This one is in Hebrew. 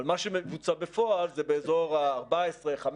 אבל מה שמבוצע בפועל זה באזור ה-15,000-14,000,